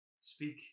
speak